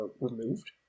removed